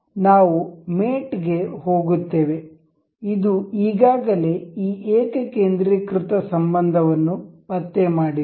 ನಾವು ಮೇಟ್ಗೆ ಹೋಗುತ್ತೇವೆ ಇದು ಈಗಾಗಲೇ ಈ ಏಕಕೇಂದ್ರೀಕೃತ ಸಂಬಂಧವನ್ನು ಪತ್ತೆ ಮಾಡಿದೆ